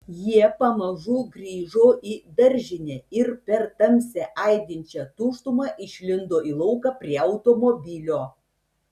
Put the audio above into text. jie pamažu grįžo į daržinę ir per tamsią aidinčią tuštumą išlindo į lauką prie automobilio